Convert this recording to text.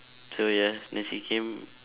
so ya then she came